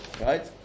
right